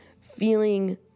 feeling